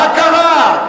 מה קרה?